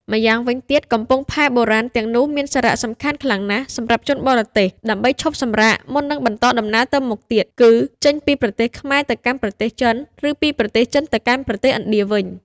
ម្យ៉ាងវិញទៀត កំពង់ផែបុរាណ ទាំងនោះមានសារៈសំខាន់ខ្លាំងណាស់សម្រាប់ជនបរទេស ដើម្បីឈប់សម្រាក មុននឹងបន្តដំណើរតទៅមុខទៀត គឺចេញពីប្រទេសខ្មែរទៅកាន់ប្រទេសចិន ឬពីប្រទេសចិនទៅកាន់ប្រទេសឥណ្ឌាវិញ។